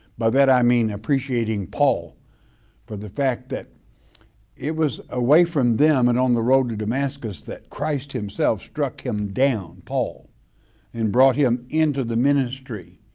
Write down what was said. by that i mean appreciating paul for the fact that it was a away from them and on the road to damascus that christ himself struck him down, paul and brought him into the ministry.